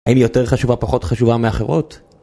האם היא יותר חשובה, פחות חשובה מאחרות?